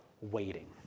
waiting